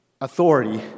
authority